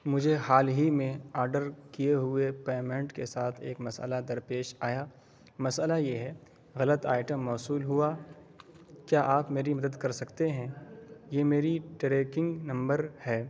مجھے حال ہی میں آڈر کیے ہوئے پیمنٹ کے ساتھ ایک مسئلہ در پیش آیا مسئلہ یہ ہے غلط آئٹم موصول ہوا کیا آپ میری مدد کر سکتے ہیں یہ میری ٹریکنگ نمبر ہے